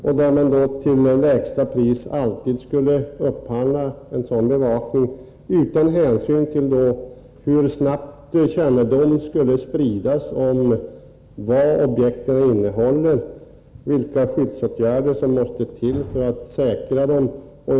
Därmed skulle man till lägsta pris alltid upphandla en sådan bevakning, utan hänsyn till hur snabbt kännedom skulle spridas om vad för slags objekt det är och utan hänsyn till vilka skyddsåtgärder som måste komma i fråga.